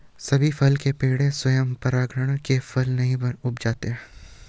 सभी फल के पेड़ स्वयं परागण से फल नहीं उपजाते